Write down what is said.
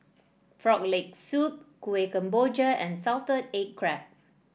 Frog Leg Soup Kuih Kemboja and Salted Egg Crab